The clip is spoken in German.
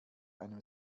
einem